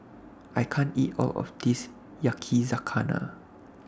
I can't eat All of This Yakizakana